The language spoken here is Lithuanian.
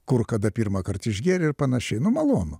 kur kada pirmąkart išgėrę ir panašiai nu malonu